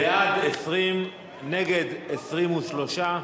בעד, 20, נגד, 23,